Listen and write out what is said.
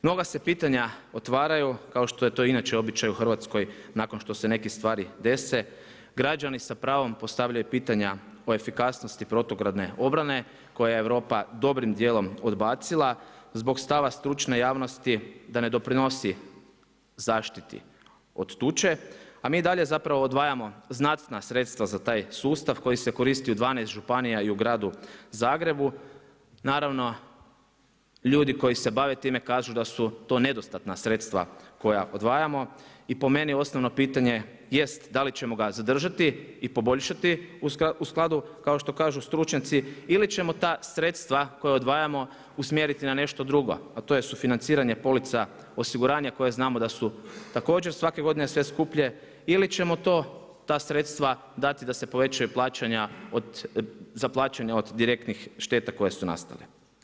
Mnoga se pitanja otvaraju, kao što je to inače običaj u Hrvatskoj nakon što se neke stvari dese, građani sa pravom postavljaju pitanja o efikasnosti protugradne obrane, koje je Europa dobrim dijelom odbacila, zbog stava stručne javnost, da ne doprinosi zaštiti od tuče, a mi dalje zapravo odvajamo znatna sredstva za taj sustav koji se koristi u 12 županija i u gradu Zagrebu, naravno, ljudi koji se bave time, kažu da su to nedostatna sredstva koja odvajamo i po meni osnovno pitanje, jest da li ćemo ga zadržati i poboljšati u skladu kao što kažu stručnjaci ili ćemo ta sredstva koja odvajamo usmjeriti na nešto drugo, a to je sufinanciranje polica osiguranja, koja znamo da su također svake godine sve skuplje ili ćemo to, ta sredstva dati da se povećaju plaćanja, za plaćanja od direktnih šteta koje su nastale?